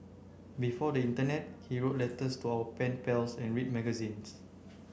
before the internet he wrote letters to our pen pals and read magazines